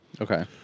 Okay